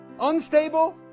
unstable